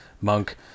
Monk